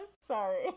sorry